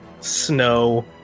snow